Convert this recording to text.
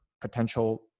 potential